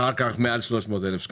אחר כך מעל 300 שקלים,